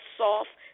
soft